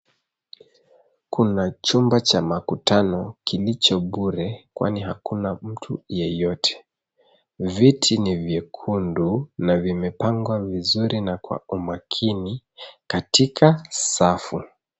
Kuna chumba cha makutano kilicho bure kwani hakuna mtu yeyote. Viti ni vyekundu na vimepangwa vizuri na kwa umakini katika safu.